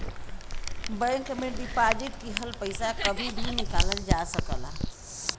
bank में deposit किहल पइसा कभी भी निकालल जा सकला